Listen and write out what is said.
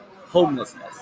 Homelessness